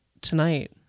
tonight